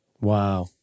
Wow